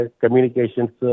communications